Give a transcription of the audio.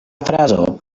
frazo